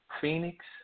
Phoenix